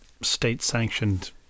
state-sanctioned